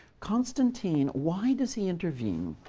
constantine, why does he intervene?